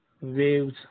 waves